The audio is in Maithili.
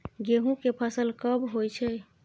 गेहूं के फसल कब होय छै?